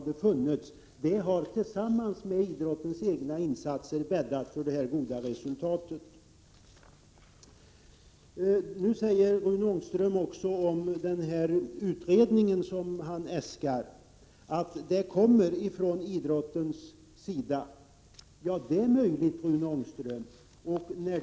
Detta har tillsammans med idrottens egna insatser bäddat för det goda resultatet. Rune Ångström säger om den utredning som han äskar att förslaget kommer från idrottsrörelsen. Det är möjligt, Rune Ångström. När den Prot.